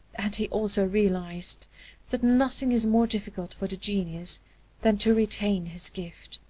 and he also realized that nothing is more difficult for the genius than to retain his gift.